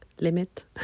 limit